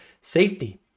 Safety